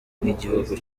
nk’igihugu